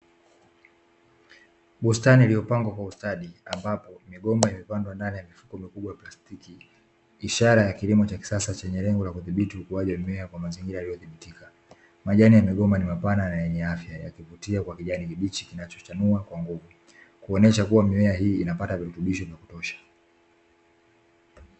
Bustani iliyopangwa kwa ustadi ambapo migomba imepandwa ndani ya mifuko makubwa plastiki, ishara ya kilimo cha kisasa chenye lengo la kudhibiti ukuaji wa mimea kwa mazingira yaliyodhibitika, majani yamegoma ni mapana na yenye afya yakivutia kwa kijani kibichi kinachochanua kwa nguvu, kuonyesha kuwa mmea hii inapata virutubisho vya kutosha.